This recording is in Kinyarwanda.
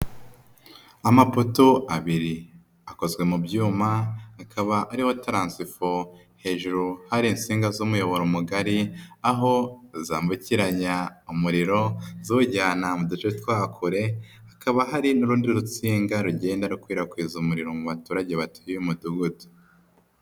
Amapoto abiri akozwe mu byuma akaba ariho taransifo hejuru hari insinga z'umuyoboro mugari aho zambukiranya umuriro ziwujyana mu duce twa kure, hakaba hari n'urundi rutsinga rugenda rukwirakwiza umuriro mu baturage batuye uyu mudugudu.